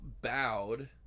bowed